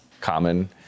common